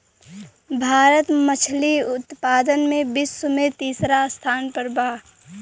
भारत मछली उतपादन में विश्व में तिसरा स्थान पर बा